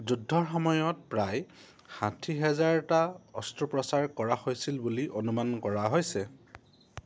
যুদ্ধৰ সময়ত প্ৰায় ষাঠি হাজাৰটা অস্ত্ৰোপচাৰ কৰা হৈছিল বুলি অনুমান কৰা হৈছে